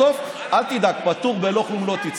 בסוף, אל תדאג, פטור בלא כלום לא תצא.